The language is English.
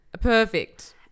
perfect